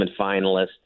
finalist